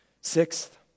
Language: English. Sixth